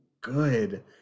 good